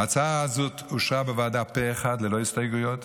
ההצעה הזאת אושרה בוועדה פה אחד ללא הסתייגויות.